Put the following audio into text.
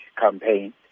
campaign